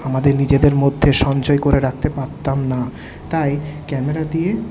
আমাদের নিজেদের মধ্যে সঞ্চয় করে রাখতে পারতাম না তাই ক্যামেরা দিয়ে